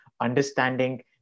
understanding